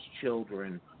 children